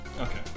Okay